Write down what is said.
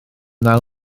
naw